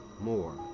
more